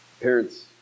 Parents